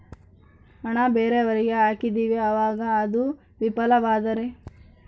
ಹಣ ಬೇರೆಯವರಿಗೆ ಹಾಕಿದಿವಿ ಅವಾಗ ಅದು ವಿಫಲವಾದರೆ?